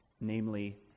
Namely